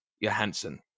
Johansson